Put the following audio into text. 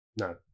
no